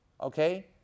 Okay